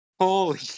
Holy